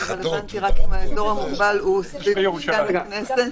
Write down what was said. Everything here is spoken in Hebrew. רלוונטי רק אם האזור המוגבל הוא סביב משכן הכנסת.